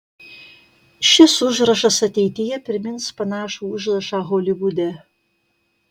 šis užrašas ateityje primins panašų užrašą holivude